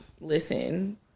listen